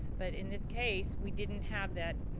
but in this case, we didn't have that.